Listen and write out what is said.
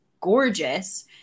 gorgeous